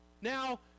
Now